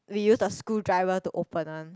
we use the screwdriver to open one